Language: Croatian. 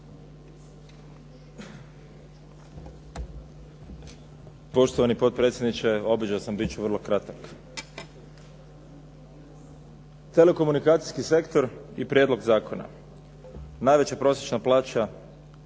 Poštovani potpredsjedniče, obećao sam, biti ću vrlo kratak. Telekomunikacijski sektor i prijedlog zakona. Najveća prosječna plaća